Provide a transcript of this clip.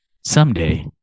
someday